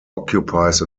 occupies